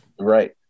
Right